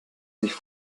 sich